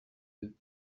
deux